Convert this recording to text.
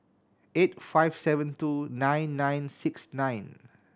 eight five seven two nine nine six nine